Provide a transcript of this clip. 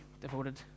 devoted